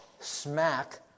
smack